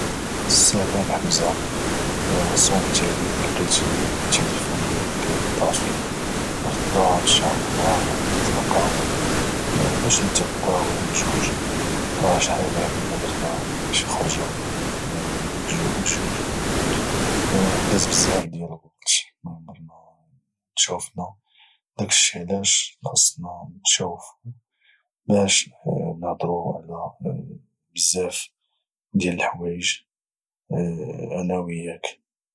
السلام حمزة صونيت عليك لقيت التيلفون ديالك طافي غدا ان شاء الله غادي نتلاقاو باش نتغداو بجوج راه شحال هادي مدرنا شي خرجة انا وياك بجوج وداز بزاف ديال الوقت معمرنا تشاوفنا داكشي علاش خاصنا نتشاوفو باش نهدرو على بزاف ديال الحوايج انا وياك